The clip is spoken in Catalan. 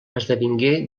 esdevingué